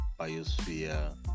Biosphere